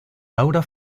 laura